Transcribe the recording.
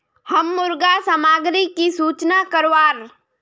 हम मुर्गा सामग्री की सूचना करवार?